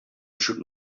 should